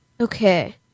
Okay